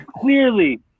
clearly